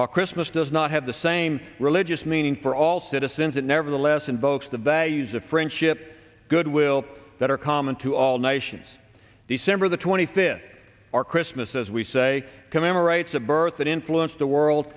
while christmas does not have the same religious meaning for all citizens it nevertheless invokes the values of friendship goodwill that are common to all nations december the twenty fifth or christmas as we say commemorates a birth that influenced the world